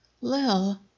Lil